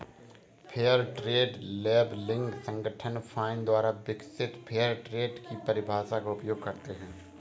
fair trade labelling संगठन FINE द्वारा विकसित फेयर ट्रेड की परिभाषा का उपयोग करते हैं